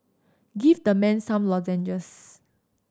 give the man some lozenges